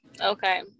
okay